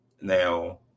Now